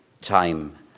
time